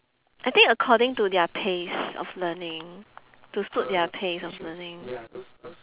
I think according to their pace of learning to suit their pace of learning